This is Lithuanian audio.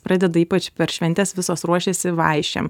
pradeda ypač per šventes visos ruošiasi vaišėm